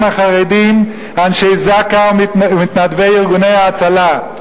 החרדים אנשי זק"א ומתנדבי ארגוני ההצלה.